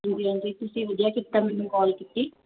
ਹਾਂਜੀ ਹਾਂਜੀ ਤੁਸੀਂ ਵਧੀਆ ਕੀਤਾ ਮੈਨੂੰ ਕਾਲ ਕੀਤੀ